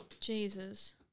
Jesus